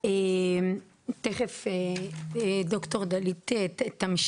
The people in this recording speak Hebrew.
צריך לחשוב אולי על פתרון --- נכון לעכשיו